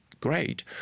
great